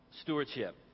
stewardship